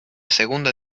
segunda